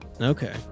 Okay